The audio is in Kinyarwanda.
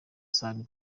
sony